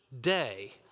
day